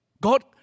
God